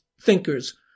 thinkers